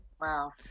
Wow